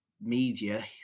media